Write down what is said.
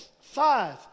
five